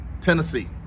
Tennessee